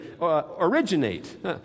originate